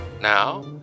Now